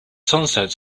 sunset